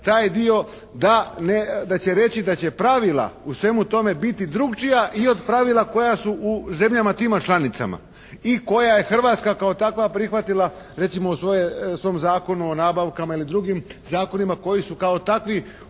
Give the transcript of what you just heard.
taj dio da će reći da će pravila u svemu tome biti drukčija i od pravila koja su u zemljama tima članicama i koja je Hrvatska kao takva prihvatila recimo u svom Zakonu o nabavkama ili drugim zakonima koji su kao takvi